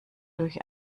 durch